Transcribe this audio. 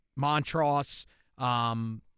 Montross